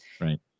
Right